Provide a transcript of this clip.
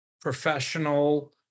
professional